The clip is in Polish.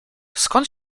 skąd